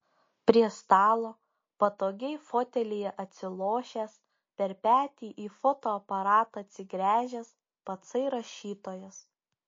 prie stalo patogiai fotelyje atsilošęs per petį į fotoaparatą atsigręžęs patsai rašytojas